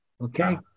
Okay